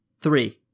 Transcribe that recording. Three